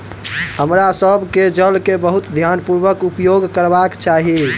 हमरा सभ के जल के बहुत ध्यानपूर्वक उपयोग करबाक चाही